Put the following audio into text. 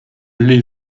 l’ai